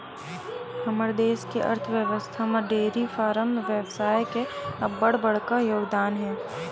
हमर देस के अर्थबेवस्था म डेयरी फारम बेवसाय के अब्बड़ बड़का योगदान हे